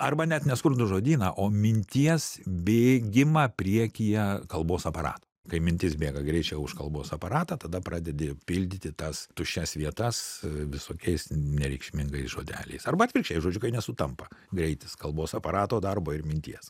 arba net ne skurdų žodyną o minties bėgimą priekyje kalbos aparato kai mintis bėga greičiau už kalbos aparatą tada pradedi pildyti tas tuščias vietas visokiais nereikšmingais žodeliais arba atvirkščiai žodžiu kai nesutampa greitis kalbos aparato darbo ir minties